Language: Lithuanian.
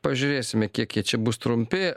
pažiūrėsime kiek jie čia bus trumpi